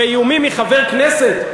ואיומים מחבר כנסת,